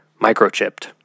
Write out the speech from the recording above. microchipped